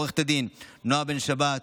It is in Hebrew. עו"ד נועה בן שבת,